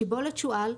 שיבולת שועל,